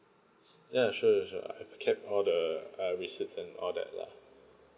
ya sure sure I I kept all the uh receipts and all that lah